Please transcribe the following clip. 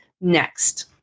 next